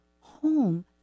home